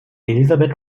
elizabeth